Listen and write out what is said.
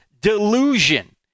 delusion